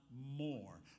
more